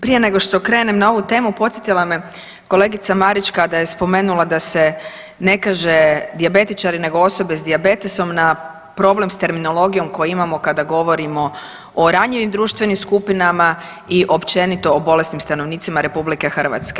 Prije nego što krenem na ovu temu podsjetila me kolegica Marić kada je spomenula da se ne kaže dijabetičari nego osobe s dijabetesom na problem s terminologijom koji imamo kada govorimo o ranjivim društvenim skupinama i općenito o bolesnim stanovnicima RH.